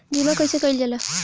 बीमा कइसे कइल जाला?